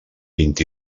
vint